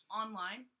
online